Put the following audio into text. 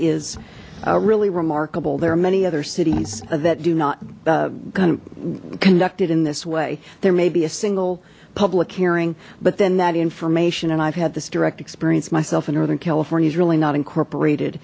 is really remarkable there are many other cities that do not kind of conduct it in this way there may be a single public hearing but then that information and i've had this direct experience myself in northern california is really not incorporated